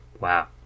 Wow